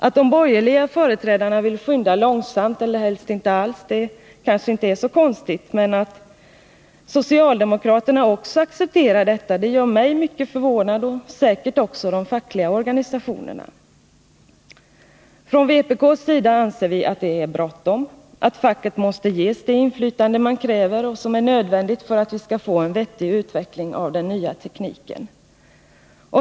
Att de borgerliga företrädarna vill skynda långsamt eller helst inte alls kanske inte är så konstigt — men att socialdemokraterna också accepterar detta förvånar mig, och säkert också de fackliga organisationerna, mycket. Från vpk:s sida anser vi att det är bråttom. Facket måste ges det inflytande man kräver och som är nödvändigt för att vi skall få en vettig utveckling av den nya tekniken.